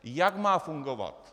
Jak má fungovat.